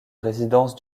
résidence